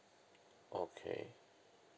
okay